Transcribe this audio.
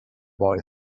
boy